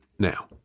Now